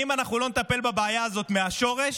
אם אנחנו לא נטפל בבעיה הזאת מהשורש,